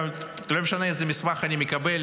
לא משנה איזה מסמך אני מקבל